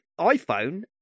iPhone